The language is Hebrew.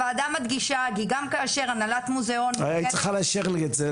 הוועדה מדגישה כי גם כאשר הנהלת מוזיאון -- היית צריכה לאשר לי את זה,